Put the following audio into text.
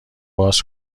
باز